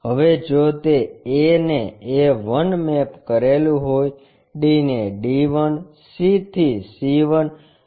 હવે જો તે a ને a1 મેપ કરેલું હોય d ને d 1 c થી c 1 b થી b1